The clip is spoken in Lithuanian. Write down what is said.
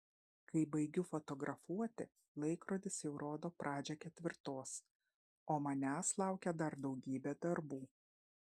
kai baigiu fotografuoti laikrodis jau rodo pradžią ketvirtos o manęs laukia dar daugybė darbų